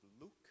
Luke